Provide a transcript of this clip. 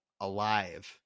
alive